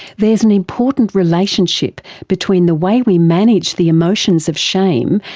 there's an important relationship between the way we manage the emotions of shame,